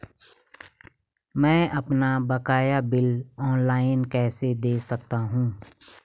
मैं अपना बकाया बिल ऑनलाइन कैसे दें सकता हूँ?